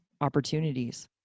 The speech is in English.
opportunities